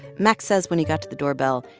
max says when he got to the doorbell,